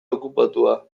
okupatua